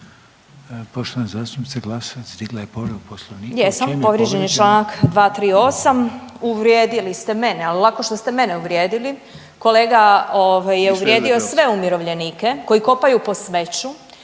Poštovana zastupnica Glasovac digla je povredu Poslovnika.